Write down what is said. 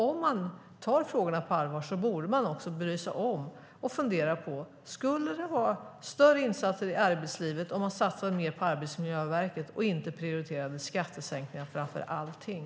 Om man tar frågorna på allvar borde man också bry sig om och fundera på: Skulle det vara större insatser i arbetslivet om man satsade mer på Arbetsmiljöverket och inte prioriterade skattesänkningar framför allting?